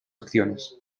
acciones